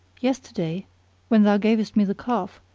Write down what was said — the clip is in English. yesterday when thou gavest me the calf,